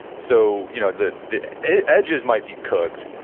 so, you know the the edges might be cooked,